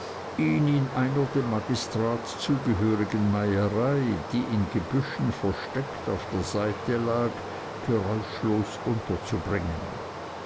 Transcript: in einer dem magistrat zugehörigen meierei die in gebüschen versteckt auf der seite lag geräuschlos unterzubringen